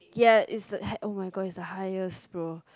ya is the high oh my god is the highest bro